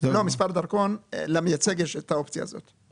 מספר דרכון, למייצג יש את האופציה הזאת.